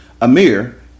Amir